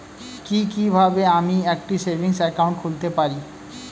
কি কিভাবে আমি একটি সেভিংস একাউন্ট খুলতে পারি?